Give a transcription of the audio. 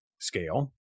scale